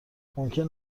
ممکن